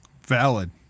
Valid